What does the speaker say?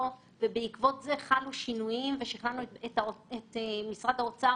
ובעקבות זה חלו שינויים ושכנענו את משרד האוצר